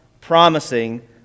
promising